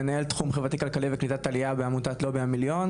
מנהל תחום חברתי כלכלי בקליטת עלייה בעמותת לובי המיליון.